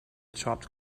chopped